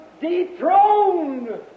dethroned